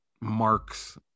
Mark's